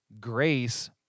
grace